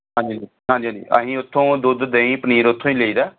ਹਾਂਜੀ ਹਾਂਜੀ ਹਾਂਜੀ ਅਸੀਂ ਉੱਥੋਂ ਦੁੱਧ ਦਹੀਂ ਪਨੀਰ ਉੱਥੋਂ ਹੀ ਲਈਦਾ